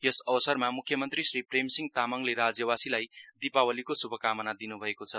यसको पूव संध्यामा मुख्यमन्त्री श्री प्रेमसिंह तामाङले राज्यवासीलाई दिपावलीको श्भकामना दिन्भएको छ